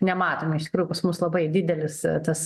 nematome iš tikrųjų pas mus labai didelis tas